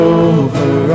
over